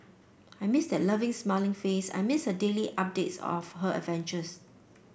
I miss that loving smiling face I miss her daily updates of her adventures